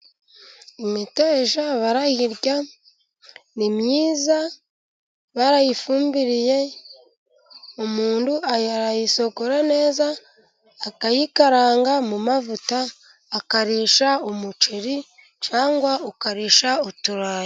Imiteja barayirya ni myiza barayifumbiye, umuntu arayisogora neza akayikaranga mu mavuta, akarisha umuceri cyangwa ukarisha uturayi.